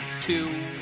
two